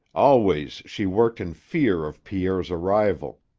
always she worked in fear of pierre's arrival,